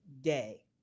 day